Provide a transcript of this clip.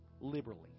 liberally